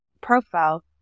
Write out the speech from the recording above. profile